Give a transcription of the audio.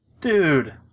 Dude